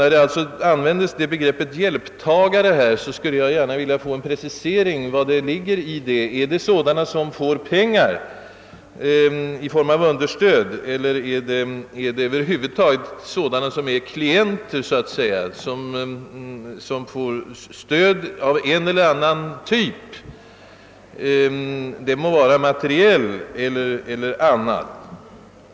När det här använts begreppet »hjälptagare», skulle jag gärna vilja ha en precisering av vad som ligger i det begreppet. är det sådana som får pengar i form av understöd eller avses därmed över huvud taget sådana som är klienter så att säga, alltså sådana som får stöd av en eller annan typ, den må vara materiell eller inte?